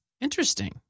Interesting